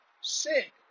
sick